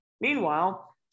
Meanwhile